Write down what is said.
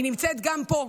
היא נמצאת גם פה,